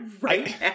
right